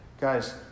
Guys